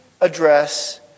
address